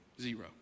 Zero